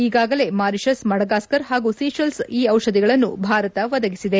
ಈಗಾಗಲೇ Mauritius Madagascar ಹಾಗೂ ಸಿಶೆಲ್ಸ್ಗೆ ಈ ಔಷಧಿಗಳನ್ನು ಭಾರತ ಒದಗಿಸಿದೆ